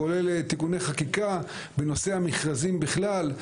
כולל תיקוני חקיקה בנושא המכרזים בכלל,